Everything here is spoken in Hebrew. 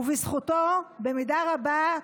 ובזכותו במידה רבה,